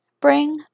bring